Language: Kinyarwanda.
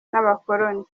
n’abakoloni